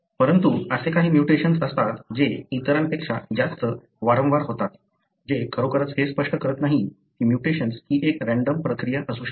परंतु असे काही म्युटेशन्स असतात जे इतरांपेक्षा जास्त वारंवार होतात जे खरोखरच हे स्पष्ट करत नाहीत की म्युटेशन्स ही एक रँडम प्रक्रिया असू शकते